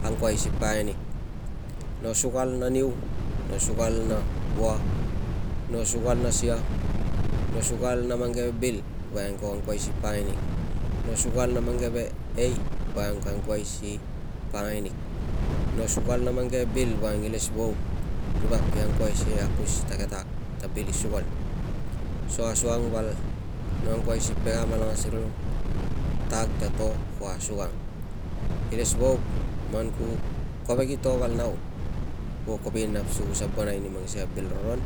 Ka angkuai si pakangai nig. No sukal na niu, no sukal na vua, no sukal na sia, no sukal na mang keve bil voiang ka angkuai si pakangai nig. No sukal na mang keve ei voiang ko angkuai si pakangai nig, no sukal na mang keve bil voiang ilesvauk ri vap ki angkuai si akus ta ke takag ta bil i sukal so akuang val no angkuai si pege amalangas nirung ta takag ta to ko asuang. Ilesvauk man kuo kovek i to val nau, kuo kovek i nap si ku sabonai ni mang sikei a bil roron.